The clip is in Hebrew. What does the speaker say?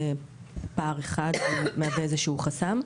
זה פער אחד והוא מהווה איזשהו חסם.